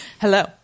Hello